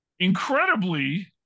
Incredibly